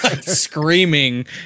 screaming